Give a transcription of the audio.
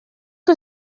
que